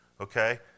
Okay